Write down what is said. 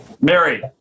Mary